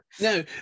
No